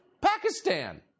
Pakistan